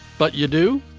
but you do.